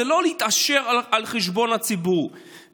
לא להתעשר על חשבון הציבור.